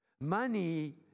Money